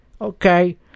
Okay